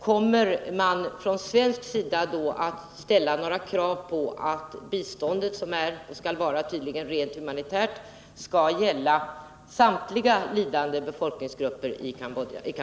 Kommer man från svensk sida i så fall att ställa några krav på att biståndet, som tydligen skall vara rent humanitärt, skall avse samtliga lidande befolkningsgrupper i Kampuchea?